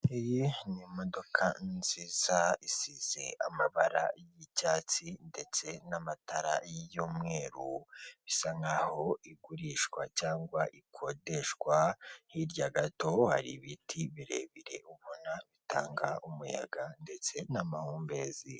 Iyi ni imodoka nziza isize amabara y'icyatsi ndetse n'amatara y'umweru isa nk'aho igurishwa cyangwa ikodeshwa hirya gato hari ibiti birebire ubona bitanga umuyaga ndetse n'amahumbezi.